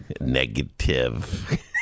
Negative